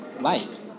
life